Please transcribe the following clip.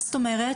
מה זאת אומרת?